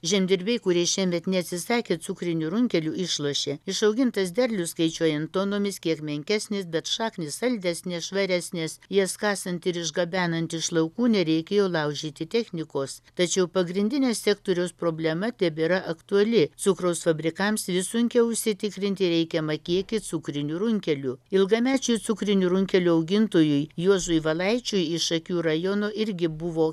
žemdirbiai kurie šiemet neatsisakė cukrinių runkelių išlošė išaugintas derlius skaičiuojant tonomis kiek menkesnis bet šaknys saldesnės švaresnės jas kasant ir išgabenant iš laukų nereikia laužyti technikos tačiau pagrindinė sektoriaus problema tebėra aktuali cukraus fabrikams vis sunkiau užsitikrinti reikiamą kiekį cukrinių runkelių ilgamečių cukrinių runkelių augintojui juozui valaičiui iš akių rajono irgi buvo